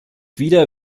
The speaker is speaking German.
wieder